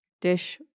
Dish